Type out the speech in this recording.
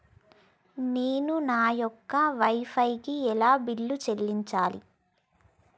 నేను నా యొక్క వై ఫై కి ఎలా బిల్లు చెల్లించాలి?